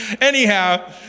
Anyhow